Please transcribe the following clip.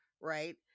right